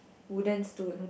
wooden stool